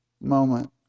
moment